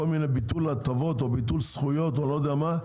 מיני ביטול הטבות או ביטול זכויות לא יודע מה,